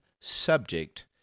subject